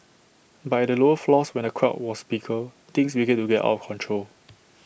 but at the lower floors where the crowds were bigger things began to get out of control